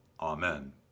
Amen